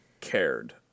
cared